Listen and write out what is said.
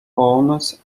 owns